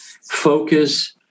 focus